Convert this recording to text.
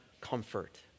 comfort